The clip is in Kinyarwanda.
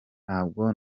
ntabwo